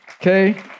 Okay